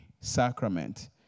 sacrament